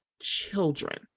children